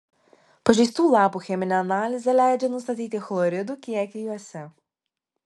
pažeistų lapų cheminė analizė leidžia nustatyti chloridų kiekį juose